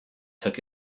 took